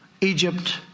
Egypt